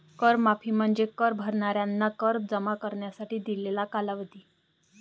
कर माफी म्हणजे कर भरणाऱ्यांना कर जमा करण्यासाठी दिलेला कालावधी